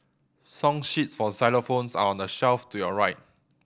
song sheets for xylophones are on the shelf to your right